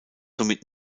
somit